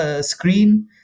screen